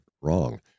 wrong